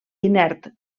inert